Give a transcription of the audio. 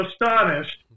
astonished